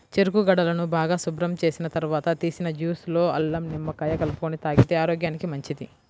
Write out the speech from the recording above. చెరుకు గడలను బాగా శుభ్రం చేసిన తర్వాత తీసిన జ్యూస్ లో అల్లం, నిమ్మకాయ కలుపుకొని తాగితే ఆరోగ్యానికి మంచిది